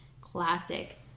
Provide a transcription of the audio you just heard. classic